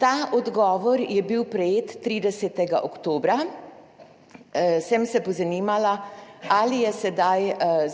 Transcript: Ta odgovor je bil prejet 30. oktobra. Sem se pozanimala, ali je sedaj